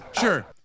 sure